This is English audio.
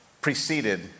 preceded